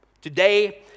Today